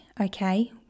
okay